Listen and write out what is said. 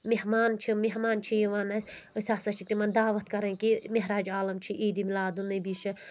مہمان چھِ مہمان چھِ یِوان اَسہِ أسۍ ہَسا چھِ تِمَن دعوت کَرٕنۍ کہِ مہراج عالم چھِ عیٖدِ مِلاد نبی چھِ